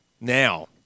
now